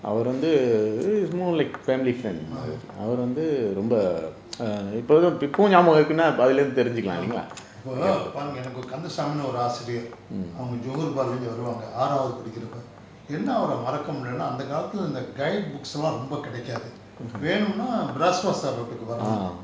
ah ஆமா ஆமா இப்ப பாருங்க எனக்கு:aama aama ippa paarunka enakku kanthasami ன்னு ஒரு ஆசிரியர் அவங்க:nnu oru aasiriyar avanga johor bahru leh இருந்து வருவாங்க ஆறாவது படிக்கிறப்போ என்ன அவர மறக்க முடியலனா அந்த காலத்துல இந்த:irunthu varuvaanga aaravathu padikkirappo enna avara marakka mudiyalana antha kaalathula intha guide books லாம் ரொம்ப கெடைக்காது வேணும்னா:laam romba kedaikkaathu venumna bras basah road ற்கு வரணும்:irku varanum